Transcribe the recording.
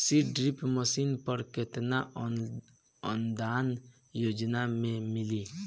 Seed drill machine पर केतना अनुदान योजना में मिली?